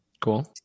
Cool